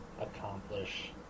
accomplish